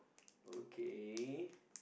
okay